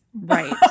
Right